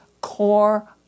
core